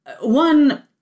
One